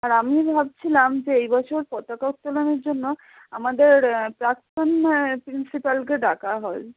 আর আমি ভাবছিলাম যে এই বছর পতাকা উত্তোলনের জন্য আমাদের প্রাক্তন প্রিন্সিপ্যালকে ডাকা হয়